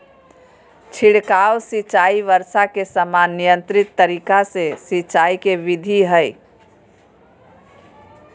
छिड़काव सिंचाई वर्षा के समान नियंत्रित तरीका से सिंचाई के विधि हई